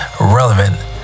relevant